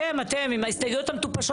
במקום לכפות